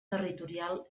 territorial